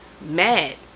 mad